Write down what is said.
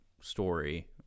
story